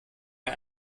mir